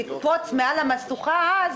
ולקפוץ מעל המשוכה אז,